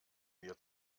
mir